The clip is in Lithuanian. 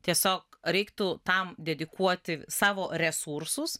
tiesiog reiktų tam dedikuoti savo resursus